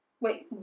Wait